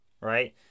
right